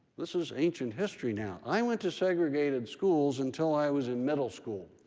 this is ancient history now. i went to segregated schools until i was in middle school.